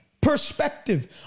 perspective